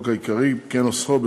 מיום י"ג באב התשע"ה,